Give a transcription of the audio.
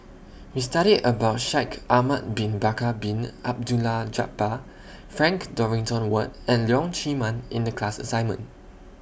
We studied about Shaikh Ahmad Bin Bakar Bin Abdullah Jabbar Frank Dorrington Ward and Leong Chee Mun in The class assignment